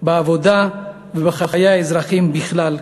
בעבודה ובחיי האזרחים בכלל,